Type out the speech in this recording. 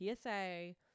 PSA